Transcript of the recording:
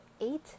eight